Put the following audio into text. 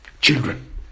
children